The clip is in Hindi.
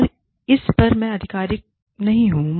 और इस पर मैं आधिकारिक नहीं हूं